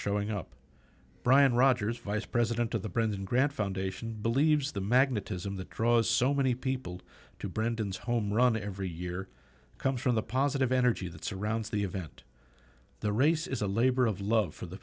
showing up brian rogers vice president of the brendan grant foundation believes the magnetism the draws so many people to britain's home run every year comes from the positive energy that surrounds the event the race is a labor of love for the